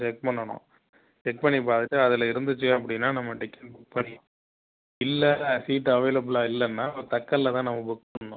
check பண்ணனும் check பண்ணி பார்த்துட்டு அதில் இருந்துச்சு அப்படின்னா நம்ம டிக்கெட் புக் பண்ணி இல்லை சீட் அவைலபுலாக இல்லைன்னா தட்கல்ல தான் நாம் புக் பண்ணும்